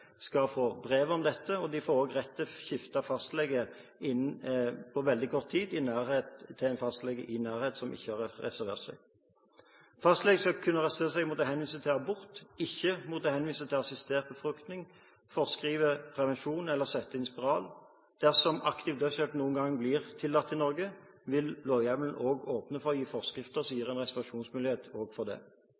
skal få brev om dette, og de får også rett til å skifte fastlege på veldig kort tid, til en fastlege i nærheten som ikke har reservert seg. Fastlegen skal kunne reservere seg mot å henvise til abort, ikke mot å henvise til assistert befruktning, forskrive prevensjon eller å sette inn spiral. Dersom aktiv dødshjelp noen gang blir tillatt i Norge, vil lovhjemmelen også åpne for å gi forskrifter som gir reservasjonsmulighet for